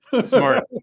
smart